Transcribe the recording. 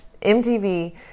MTV